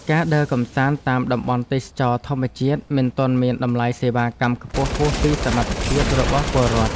ការដើរកម្សាន្តតាមតំបន់ទេសចរណ៍ធម្មជាតិមិនទាន់មានតម្លៃសេវាកម្មខ្ពស់ហួសពីសមត្ថភាពរបស់ពលរដ្ឋ។